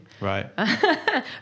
right